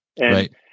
Right